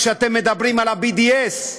כשאתם מדברים על ה-BDS,